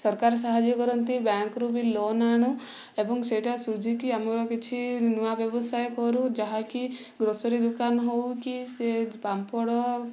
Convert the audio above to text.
ସରକାର ସାହାଯ୍ୟ କରନ୍ତି ବ୍ୟାଙ୍କରୁ ବି ଲୋନ୍ ଆଣୁ ଏବଂ ସେହିଟା ସୁଝିକି ଆମର କିଛି ନୂଆ ବ୍ୟବସାୟ କରୁ ଯାହାକି ଗ୍ରୋସରୀ ଦୋକାନ ହେଉ କି ସେ ପାମ୍ପଡ଼